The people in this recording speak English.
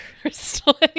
Crystal